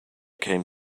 came